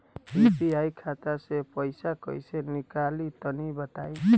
UPI खाता से पइसा कइसे निकली तनि बताई?